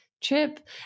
trip